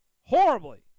Horribly